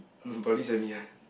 police and me ah